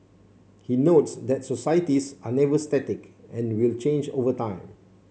he notes that societies are never static and will change over time